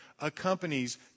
accompanies